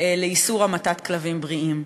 לאיסור המתת כלבים בריאים.